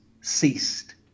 ceased